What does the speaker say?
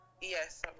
Yes